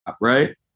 right